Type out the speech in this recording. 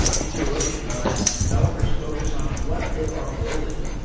digitalocean lets developers focus on what they are building.